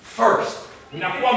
first